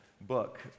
book